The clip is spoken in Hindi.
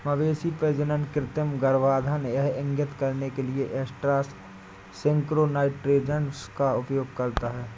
मवेशी प्रजनन कृत्रिम गर्भाधान यह इंगित करने के लिए एस्ट्रस सिंक्रोनाइज़ेशन का उपयोग करता है